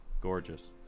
Gorgeous